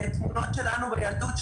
תמונות שלנו בילדות,